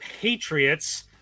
Patriots